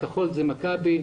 הכחול זאת מכבי.